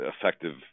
effective